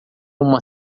uma